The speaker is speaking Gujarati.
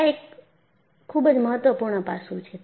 આ એક ખૂબ જ મહત્વપૂર્ણ પાસું છે